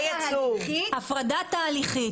תהליכית.